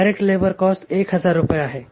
direct labour cost 1000 रुपये आहे